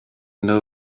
know